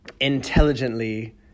intelligently